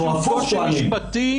קושי משפטי.